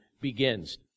begins